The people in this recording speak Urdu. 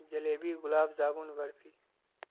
جلیبی گلاب زاگن برفی